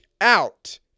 out